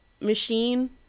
machine